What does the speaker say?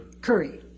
Curry